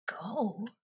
go